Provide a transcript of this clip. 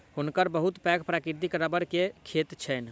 हुनकर बहुत पैघ प्राकृतिक रबड़ के खेत छैन